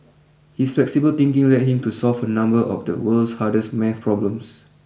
his flexible thinking led him to solve a number of the world's hardest math problems